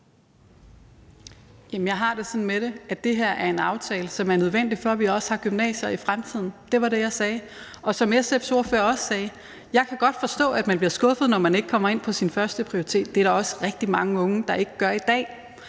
det sådan med det, at det her er en aftale, som er nødvendig, for at vi også har gymnasier i fremtiden. Det var det, jeg sagde. Og som SF's ordfører også sagde, vil jeg sige, at jeg godt kan forstå, at man bliver skuffet, når man ikke kommer ind på sin førsteprioritet, men det er der også rigtig mange unge der ikke gør i dag.